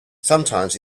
sometimes